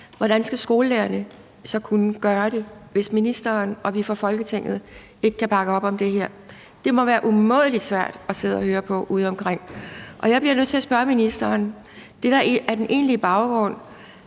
Hvordan skal skolelærerne så kunne gøre det, hvis ministeren og vi fra Folketinget ikke kan bakke op om det her? Det må være umådelig svært at sidde og høre på udeomkring. Og jeg bliver nødt til at spørge ministeren, om det, der er den egentlige baggrund,